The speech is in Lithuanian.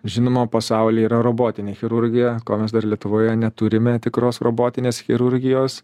žinoma pasauly yra robotinė chirurgija ko mes dar lietuvoje neturime tikros robotinės chirurgijos